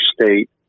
state